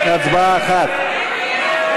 הצבעה אחת.